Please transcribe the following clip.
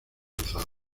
cruzada